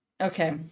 Okay